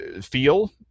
feel